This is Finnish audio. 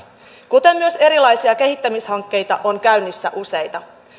kuten myös erilaisia kehittämishankkeita on käynnissä useita